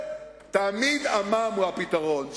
תמיד המע"מ הוא הפתרון.